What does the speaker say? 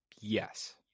Yes